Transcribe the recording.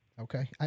Okay